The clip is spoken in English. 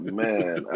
man